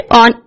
on